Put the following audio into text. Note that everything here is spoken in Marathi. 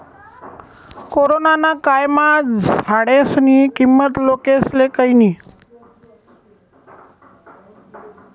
कोरोना ना कायमा झाडेस्नी किंमत लोकेस्ले कयनी